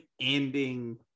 ending